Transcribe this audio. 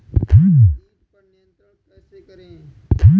कीट पर नियंत्रण कैसे करें?